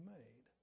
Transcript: made